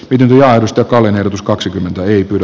pidin lähetystö kallen ehdotus kaksikymmentä ei pyydä